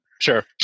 Sure